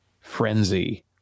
frenzy